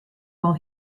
while